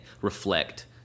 reflect